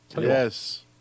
Yes